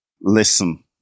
Listen